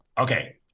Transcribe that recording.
Okay